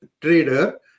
trader